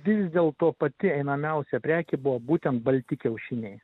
vis dėlto pati einamiausia prekė buvo būtent balti kiaušiniai